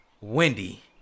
Wendy